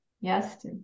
yes